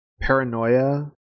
paranoia